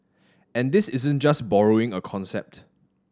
and this isn't just borrowing a concept